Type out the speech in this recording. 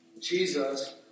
Jesus